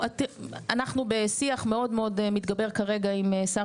אנחנו בשיח מאוד מאוד מתגבר כרגע עם שר